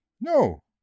No